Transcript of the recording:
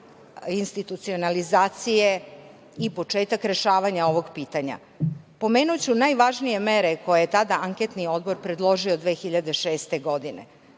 institucionalizacije i početak rešavanja ovog pitanja. Pomenuću najvažnije mere koje je tada Anketni odbor predložio 2006. godine.